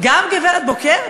גם גברת בוקר?